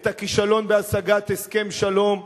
את הכישלון בהשגת הסכם שלום,